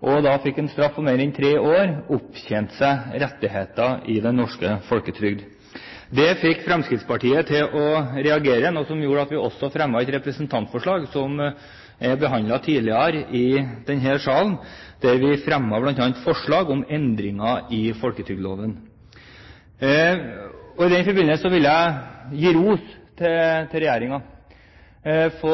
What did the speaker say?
og fikk en straff på mer enn tre år, opptjente seg rettigheter i den norske folketrygden. Det fikk Fremskrittspartiet til å reagere, noe som gjorde at vi fremmet et representantforslag, som er behandlet tidligere i denne salen, om bl.a. endringer i folketrygdloven. I den forbindelse vil jeg gi ros